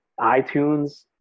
iTunes